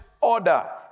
order